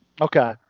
Okay